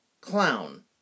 Clown